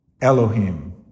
Elohim